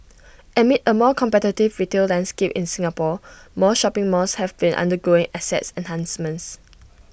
amid A more competitive retail landscape in Singapore more shopping malls have been undergoing asset enhancements